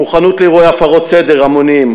מוכנות לאירועי הפרת סדר המוניים